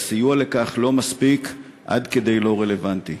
והסיוע לכך לא מספיק עד כדי לא רלוונטי.